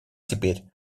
теперь